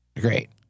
Great